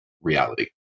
reality